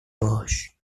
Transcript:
باهاش